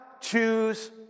choose